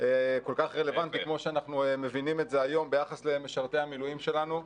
כל-כך רלוונטי כמו שאנחנו מבינים אותו היום ביחס למשרתי המילואים שלנו.